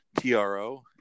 TRO